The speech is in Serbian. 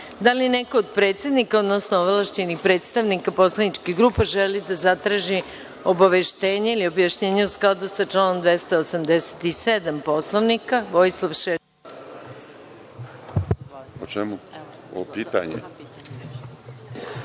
li neko od predsednika, odnosno ovlašćenih predstavnika poslaničkih grupa želi da zatraži obaveštenje ili objašnjenje u skladu sa članom 287. Poslovnika? Reč ima